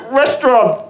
restaurant